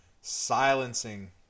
silencing